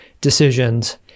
decisions